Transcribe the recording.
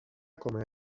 come